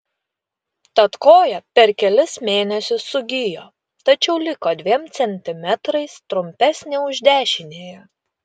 tad koja per kelis mėnesius sugijo tačiau liko dviem centimetrais trumpesnė už dešiniąją